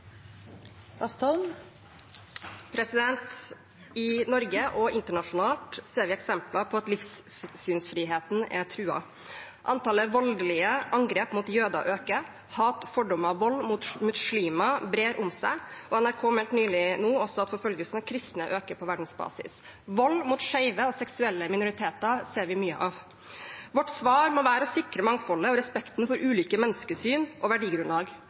I Norge og internasjonalt ser vi eksempler på at livssynsfriheten er truet. Antallet voldelige angrep mot jøder øker. Hat, fordommer og vold mot muslimer griper om seg, og NRK meldte nylig også at forfølgelsen av kristne øker på verdensbasis. Vold mot skeive og seksuelle minoriteter ser vi mye av. Vårt svar må være å sikre mangfoldet og respekten for ulike menneskesyn og verdigrunnlag